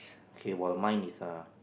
okay while mine is err